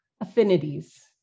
affinities